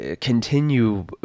continue